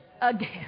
again